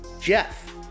Jeff